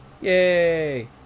Yay